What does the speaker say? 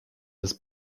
des